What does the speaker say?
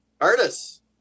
artists